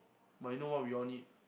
but I know what we all need